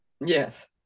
yes